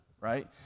right